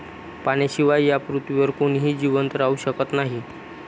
पाण्याशिवाय या पृथ्वीवर कोणीही जिवंत राहू शकत नाही